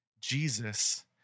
Jesus